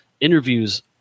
interviews